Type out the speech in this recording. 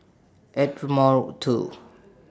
Ardmore two